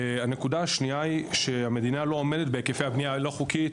הנקודה השנייה היא שהמדינה לא עומדת בהיקפי הבניה הלא חוקית.